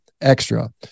extra